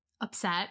upset